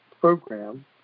program